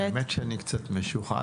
האמת היא שאני קצת משוחד,